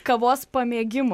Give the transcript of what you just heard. kavos pamėgimu